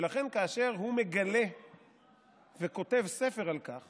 ולכן, כאשר הוא מגלה וכותב ספר על כך